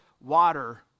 water